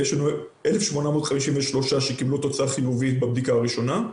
יש לנו 1,853 שקיבלו תוצאה חיובית בבדיקה הראשונה.